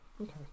Okay